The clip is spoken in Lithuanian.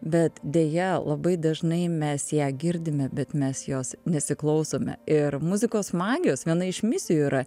bet deja labai dažnai mes ją girdime bet mes jos nesiklausome ir muzikos magijos viena iš misijų yra